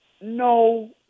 No